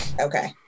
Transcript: Okay